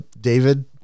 david